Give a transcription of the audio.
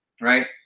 right